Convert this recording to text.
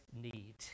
need